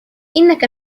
إنك